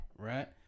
Right